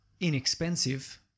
inexpensive